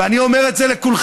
ואני אומר את זה לכולכם: